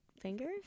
fingers